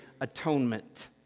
atonement